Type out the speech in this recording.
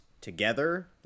together